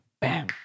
bam